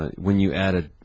ah when you added